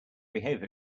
behave